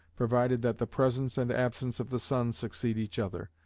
provided that the presence and absence of the sun succeed each other,